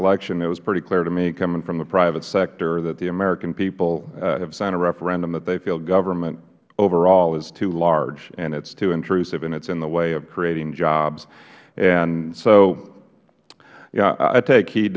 election it was pretty clear to me coming from the private sector that the american people have sent a referendum that they feel government overall is too large and it is too intrusive and it is in the way of creating jobs so i take he